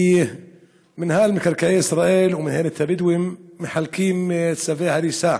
מינהל מקרקעי ישראל ומינהלת הבדואים מחלקים צווי הריסה